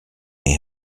may